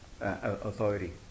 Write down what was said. authority